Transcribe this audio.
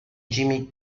jimmy